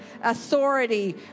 authority